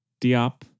Diop